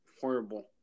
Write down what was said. horrible